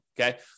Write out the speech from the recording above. okay